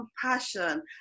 compassion